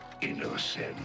Innocent